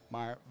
Maar